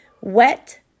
wet